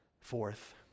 Fourth